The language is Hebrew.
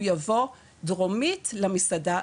הוא יבוא דרומית למסעדה,